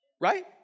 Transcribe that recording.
Right